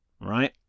right